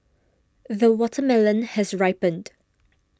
the watermelon has ripened